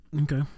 Okay